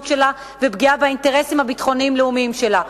שלה ולפגיעה באינטרסים הביטחוניים הלאומיים שלה.